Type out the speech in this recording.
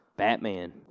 Batman